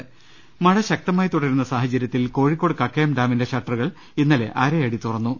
രദ്ദേഷ്ടങ മഴ ശക്തമായി തുടരുന്ന സാഹചര്യത്തിൽ കോഴിക്കോട് കക്കയം ഡാമിന്റെ ഷട്ടറുകൾ ഇന്നലെ അരയടി തുറന്നു